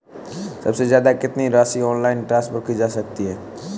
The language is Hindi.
सबसे ज़्यादा कितनी राशि ऑनलाइन ट्रांसफर की जा सकती है?